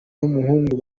n’umuhungu